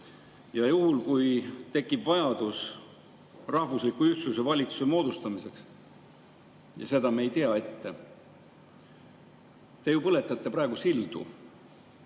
Juhul kui tekib vajadus rahvusliku ühtsuse valitsuse moodustamiseks – ja seda me ei tea ette, te ju põletate praegu sildu